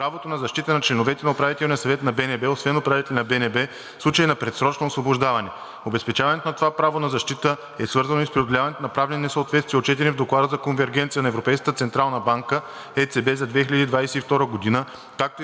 да се обезпечи правото на защита на членовете на Управителния съвет на БНБ, освен управителя на БНБ, в случай на предсрочно освобождаване. Обезпечаването на това право на защита е свързано и с преодоляване на правни несъответствия, отчетени в Доклада за конвергенция на Европейската централна банка (ЕЦБ) за 2022 г.,